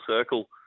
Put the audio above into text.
circle